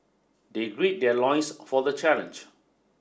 they grid their loins for the challenge